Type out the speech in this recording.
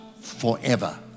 forever